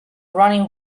running